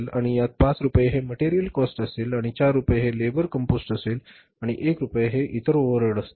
आणि यात ५ रुपये हि मटेरियल कॉस्ट असेल आणि ४ रुपये हि लेबर कंपोस्ट असेल आणि १ रुपया हे इतर ओव्हरहेडस असतील